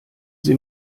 sie